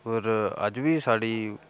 पर अज्ज बी स्हाड़ी